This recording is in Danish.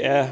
af